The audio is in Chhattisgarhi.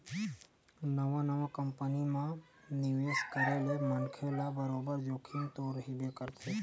नवा नवा कंपनी म निवेस करे ले मनखे ल बरोबर जोखिम तो रहिबे करथे